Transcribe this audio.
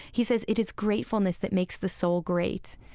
he says, it is gratefulness that makes the soul great.